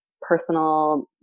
personal